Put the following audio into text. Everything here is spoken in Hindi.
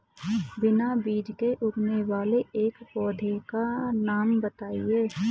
बिना बीज के उगने वाले एक पौधे का नाम बताइए